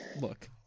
look